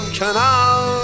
canal